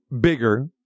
bigger